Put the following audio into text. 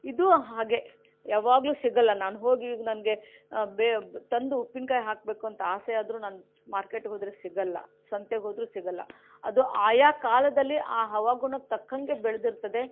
ಇದು ಹಾಗೆ ಯಾವಾಗಲೂ ಸಿಗಲ್ಲ ನಾನು ಹೋಗಿ ಈಗ ನನಗೆ ಬೇ ತಂದು ಉಪ್ಪಿನಕಾಯಿ ಹಾಕಬೇಕು ಅಂತ ಆಸೆ ಆದರೂ ನಾನು ಮಾರ್ಕೆಟ್ಗೆ ಹೋದರೆ ಸಿಗಲ್ಲ ಸಂತೆಗೆ ಹೋದರೂ ಸಿಗಲ್ಲ ಅದು ಆಯಾ ಕಾಲದಲ್ಲಿ ಆ ಹವಾಗುಣಕ್ಕೆ ತಕ್ಕಂಗೆ ಬೆಳೆದಿರ್ತದೆ